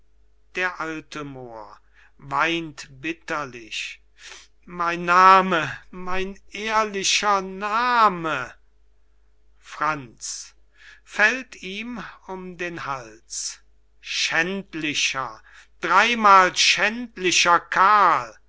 d a moor weint bitterlich mein name mein ehrlicher name franz fällt ihm um den hals schändlicher dreimal schändlicher karl